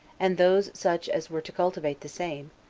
and those such as were to cultivate the same,